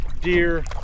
deer